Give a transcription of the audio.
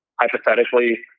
hypothetically